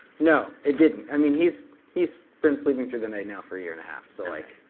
no, it didn't. i mean, he's he's been sleeping through the night now for a year and a half. so like